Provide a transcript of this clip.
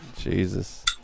jesus